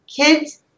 kids